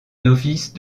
novice